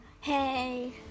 hey